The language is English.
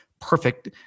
perfect